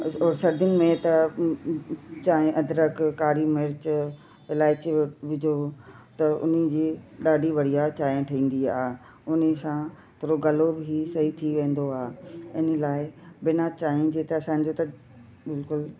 और सर्दियुनि में त चांहिं अदरक कारी मिर्च इलाइची विझो त उन जी ॾाढी बढ़िया चांहिं ठहींदी आहे उन सां थोरो गलो बि सही थी वेंदो आहे इन लाइ बिना चांहिं जे त असांजो त बिल्कुलु